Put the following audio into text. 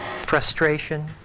frustration